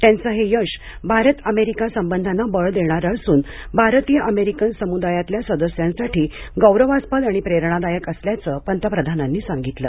त्याचं हे यश भारत अमेरिका संबंधांना बळ देणारं असून भारतीय अमेरिकन समुदायातल्या सदस्यांसाठी गौरवास्पद आणि प्रेरणादायक असल्याचं पंतप्रधानांनी सांगितलं